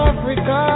Africa